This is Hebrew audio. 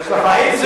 יש לך כיסא.